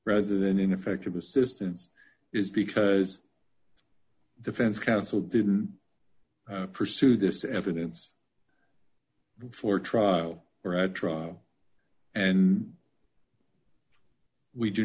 rather than ineffective assistance is because defense counsel didn't pursue this evidence for trial or at trial and we do